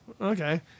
okay